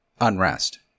unrest